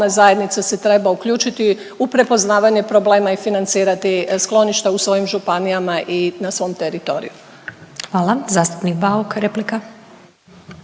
zajednice se treba uključiti u prepoznavanje problema i financirati skloništa u svojim županijama i na svom teritoriju. **Glasovac, Sabina